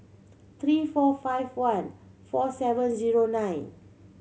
three four five one four seven zero nine